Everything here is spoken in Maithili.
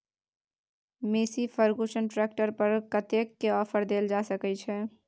मेशी फर्गुसन ट्रैक्टर पर कतेक के ऑफर देल जा सकै छै?